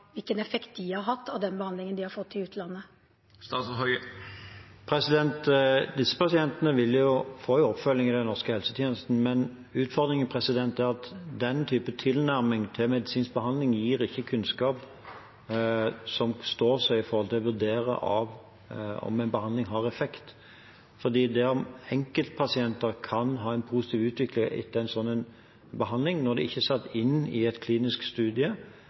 hvilken effekt de har hatt av den behandlingen de har fått i utlandet? Statsråd Disse pasientene får oppfølging i den norske helsetjenesten, men utfordringen er at den type tilnærming til medisinsk behandling ikke gir kunnskap som står seg vedrørende vurdering av om en behandling har effekt. Fordi om enkeltpasienter kan ha en positiv utvikling etter en slik behandling, er de ikke satt inn i en klinisk studie